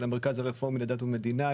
של המרכז הרפורמי לדת ומדינה,